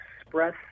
express